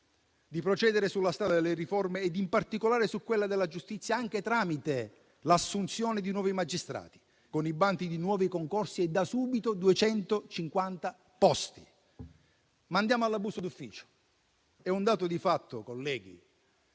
di procedere sulla strada delle riforme, in particolare di quella della giustizia, anche tramite l'assunzione di nuovi magistrati, con i bandi di nuovi concorsi e da subito 250 posti. Ma andiamo all'abuso d'ufficio. È un dato di fatto, colleghi,